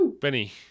Benny